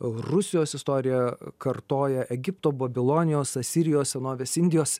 rusijos istorija kartoja egipto babilonijos asirijos senovės indijos